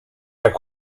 jak